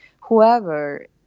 whoever